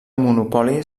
monopoli